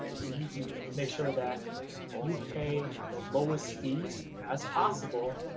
ah you need to make sure that you pay the lowest fees as possible,